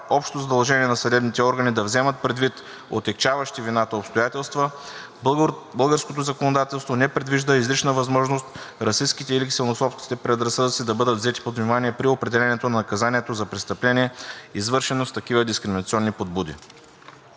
общо задължение на съдебните органи да вземат предвид „отегчаващите вината обстоятелства“, българското законодателство не предвижда изрична възможност расистките или ксенофобските предразсъдъци да бъдат взети под внимание при определянето на наказанието за престъпление, извършено с такива дискриминационни подбуди.